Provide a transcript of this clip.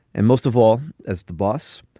and most of all, as the boss,